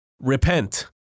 repent